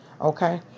Okay